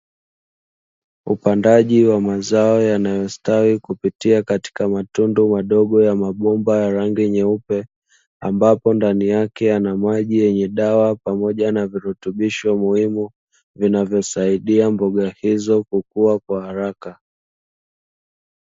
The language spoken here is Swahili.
Upandaji wa mazao yanayostawi kupitia katika matundu madogo ya mabomba ya rangi nyeupe, ambapo ndani yake yana maji yenye dawa pamoja na virutubishi muhimu vinavyosaidia mboga hizo kukuwa kwa haraka.